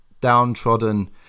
downtrodden